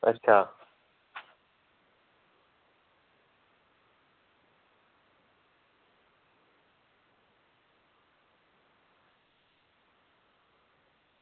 अच्छा